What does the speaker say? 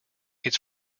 it’s